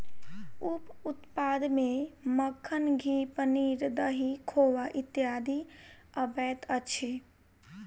उप उत्पाद मे मक्खन, घी, पनीर, दही, खोआ इत्यादि अबैत अछि